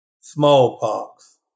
smallpox